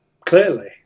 clearly